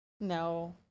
No